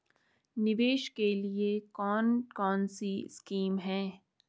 निवेश के लिए कौन कौनसी स्कीम हैं?